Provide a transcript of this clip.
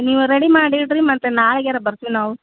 ನೀವು ರೆಡಿ ಮಾಡಿ ಇಡಿರಿ ಮತ್ತು ನಾಳೆಗ್ಯಾರ ಬರ್ತೀವಿ ನಾವು